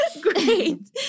Great